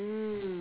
mm